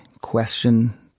question